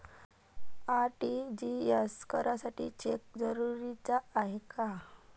RTGS करासाठी cheque जरुरीचा हाय काय?